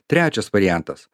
trečias variantas